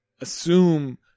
assume